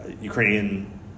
Ukrainian